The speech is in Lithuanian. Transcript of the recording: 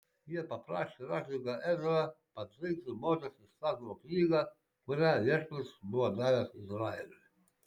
jie paprašė raštininką ezrą pateikti mozės įstatymo knygą kurią viešpats buvo davęs izraeliui